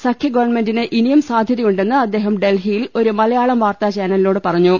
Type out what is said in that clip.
സഖ്യഗവൺമെന്റിന് ഇനിയും സാധ്യതയുണ്ടെന്ന് അദ്ദേഹം ഡൽഹിയിൽ ഒരു മലയാളം വാർത്താചാനലിനോട് പറഞ്ഞു